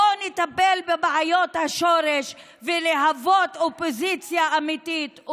בואו נטפל בבעיות השורש, ולהיות אופוזיציה אמיתית.